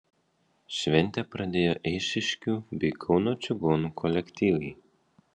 šventę pradėjo eišiškių bei kauno čigonų kolektyvai